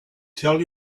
tell